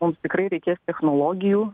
mums tikrai reikės technologijų